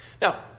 Now